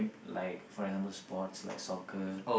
like for example sports like soccer